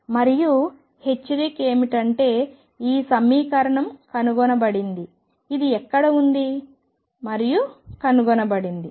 మరియు హెచ్చరిక ఏమిటంటే ఈ సమీకరణం కనుగొనబడింది ఇది ఎక్కడో ఉంది మరియు కనుగొనబడింది